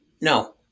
No